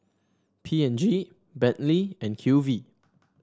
P and G Bentley and Q V